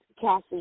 Cassie